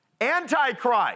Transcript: Antichrist